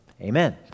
Amen